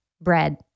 bread